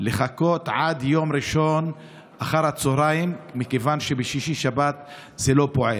לחכות עד יום ראשון אחר הצוהריים מכיוון שבשישי-שבת זה לא פועל.